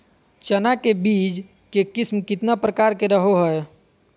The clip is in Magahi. चना के बीज के किस्म कितना प्रकार के रहो हय?